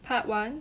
part one